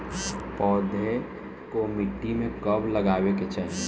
पौधे को मिट्टी में कब लगावे के चाही?